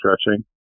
stretching